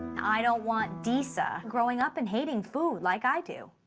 i don't want disa growing up and hating food like i do.